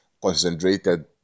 Concentrated